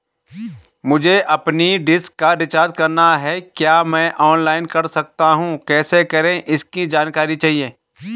मुझे अपनी डिश का रिचार्ज करना है क्या मैं ऑनलाइन कर सकता हूँ कैसे करें इसकी जानकारी चाहिए?